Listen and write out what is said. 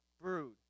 brood